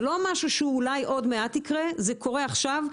זה לא משהו שאולי עוד מעט יקרה אלא זה קורה עכשיו.